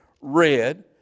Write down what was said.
red